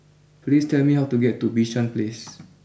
please tell me how to get to Bishan place